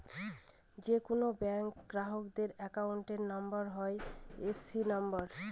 যে কোনো ব্যাঙ্ক গ্রাহকের অ্যাকাউন্ট নাম্বার হয় এ.সি নাম্বার